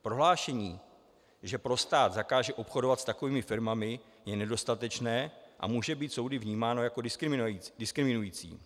Prohlášení, že pro stát zakáže obchodovat s takovými firmami, je nedostatečné a může být soudy vnímáno jako diskriminující.